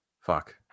fuck